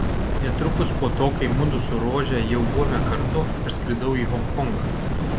netrukus po to kai mudu su rože jau buvome kartu aš skridau į honkongą